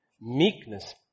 meekness